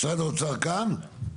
משרד האוצר כאן?